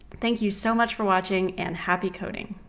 thank you so much for watching and happy coding.